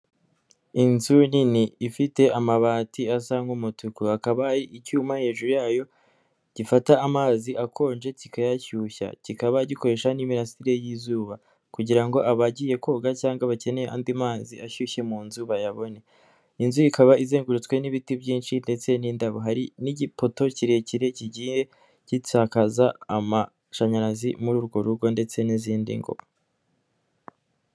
Inzu nini ifite amabati asa nk'umutuku hakaba icyuma hejuru yayo gifata amazi akonje kikayashyushya kikaba gikoresha n'imirasire y'izuba kugira ngo abagiye koga cyangwa bakeneye andi mazi ashyushye mu nzu bayabone, inzu ikaba izengurutswe n'ibiti byinshi ndetse n'indabo n'igipoto kirekire kigiye gisakaza amashanyarazi muri urwo rugo ndetse n'izindi ngo.